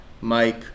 Mike